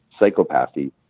psychopathy